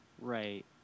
Right